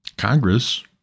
Congress